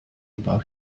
about